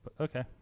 Okay